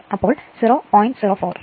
അപ്പോൾ 0